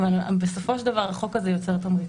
בסופו של לדבר החוק הזה יוצר תמריצים.